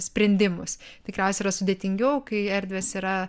sprendimus tikriausiai yra sudėtingiau kai erdvės yra